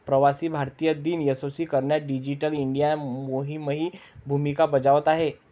प्रवासी भारतीय दिन यशस्वी करण्यात डिजिटल इंडिया मोहीमही भूमिका बजावत आहे